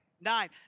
Nine